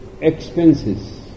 expenses